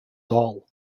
dull